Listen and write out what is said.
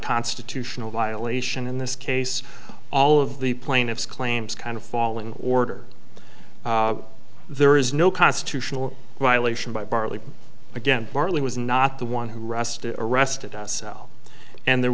constitutional violation in this case all of the plaintiff's claims kind of fall in order there is no constitutional violation by barly again bartley was not the one who arrested arrested self and there